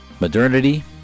modernity